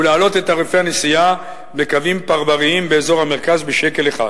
ולהעלות את תעריפי הנסיעה בקווים פרבריים באזור המרכז בשקל אחד.